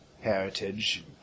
heritage